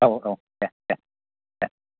औ औ दे दे दे